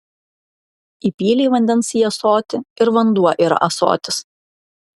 įpylei vandens į ąsotį ir vanduo yra ąsotis